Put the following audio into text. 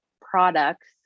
products